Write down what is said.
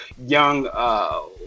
young